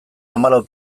hamalau